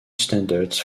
standards